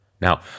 Now